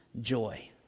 Joy